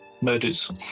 Murders